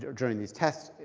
during these tests,